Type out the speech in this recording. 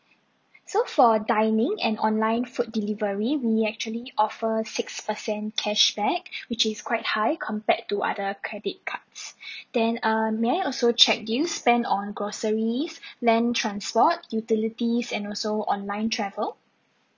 so for dining and online food delivery we actually offer six percent cashback which is quite high compared to other credit cards then err ya I also check do you spend on groceries land transport utilities and also online travel